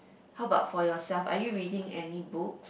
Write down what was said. how about for yourself are you reading any books